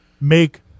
make